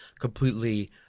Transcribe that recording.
completely